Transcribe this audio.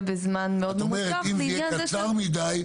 בזמן --- את אומרת שאם זה יהיה זמן קצר מידי,